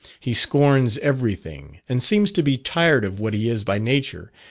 he scorns everything, and seems to be tired of what he is by nature,